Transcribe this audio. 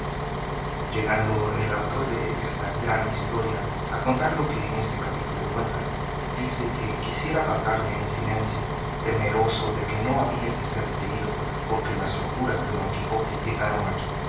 llegando el autor desta grande historia a contar lo que en este capítulo cuenta dice que quisiera pasarle en silencio temeroso de que no había de ser creído porque las locuras de don quijote llegaron aquí